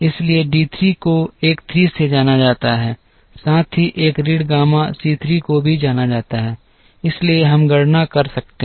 इसलिए d 3 को एक 3 से जाना जाता है साथ ही 1 ऋण गामा C 3 को भी जाना जाता है इसलिए हम गणना कर सकते हैं